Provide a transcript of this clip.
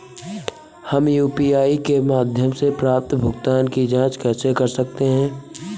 हम यू.पी.आई के माध्यम से प्राप्त भुगतान की जॉंच कैसे कर सकते हैं?